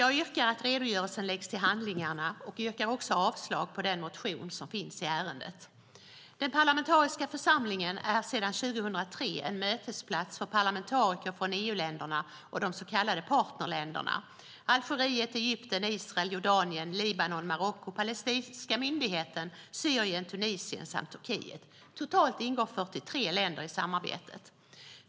Jag yrkar att redogörelsen läggs till handlingarna och yrkar också avslag på den motion som finns i ärendet. Den parlamentariska församlingen är sedan 2003 en mötesplats för parlamentariker från EU-länderna och de så kallade partnerländerna Algeriet, Egypten, Israel, Jordanien, Libanon, Marocko, palestinska myndigheten, Syrien, Tunisien samt Turkiet. Totalt ingår 43 länder i samarbetet.